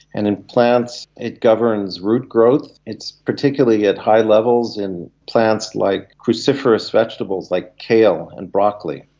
and in plants it governs root growth. it's particularly at high levels in plants like cruciferous vegetables, like kale and broccoli.